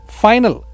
final